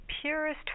purest